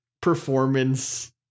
performance